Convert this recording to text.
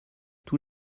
tous